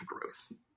Gross